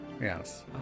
Yes